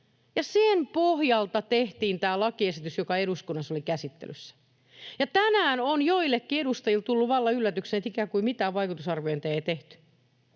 sen pohjalta tehtiin tämä lakiesitys, joka eduskunnassa oli käsittelyssä, ja tänään on joillekin edustajille jo tullut vallan yllätyksenä, että ikään kuin mitään vaikutusarviointeja ei tehty.